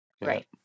Right